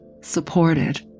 supported